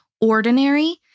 ordinary